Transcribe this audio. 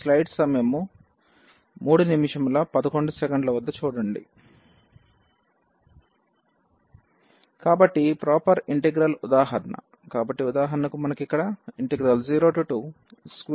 కాబట్టి proper integral ఉదాహరణ కాబట్టి ఉదాహరణకు మనకు ఇక్కడ 02x21dx ఉంది